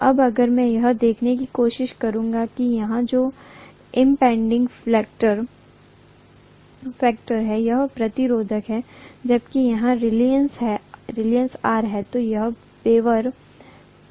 अब अगर मैं यह देखने की कोशिश करूं कि यहां जो इमपेंडिंग फैक्टर है वह प्रतिरोध है जबकि यहां यह रीलक्टन्स ℜहै